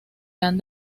han